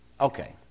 Okay